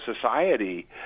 society